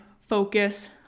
focus